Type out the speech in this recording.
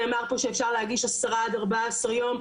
נאמר פה שאפשר להגיש 10 עד' 14 יום,